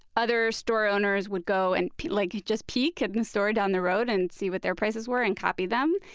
other store owners would go and, like, just peak at and the store down the road and see what their prices were and copy them.